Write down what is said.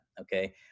Okay